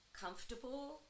comfortable